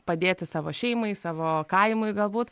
padėti savo šeimai savo kaimui galbūt